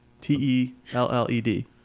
T-E-L-L-E-D